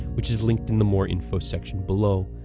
which is linked in the more info section below.